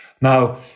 now